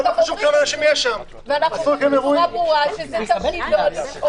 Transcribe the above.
אנחנו אומרים בצורה ברורה שתפקידו לשאול.